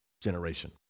generation